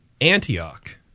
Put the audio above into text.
Antioch